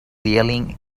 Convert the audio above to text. yelling